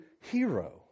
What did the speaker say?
hero